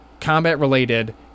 combat-related